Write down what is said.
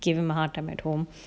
give him a hard time at home